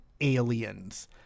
Aliens